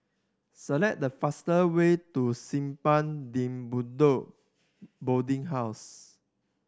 select the faster way to Simpang De Bedok Boarding House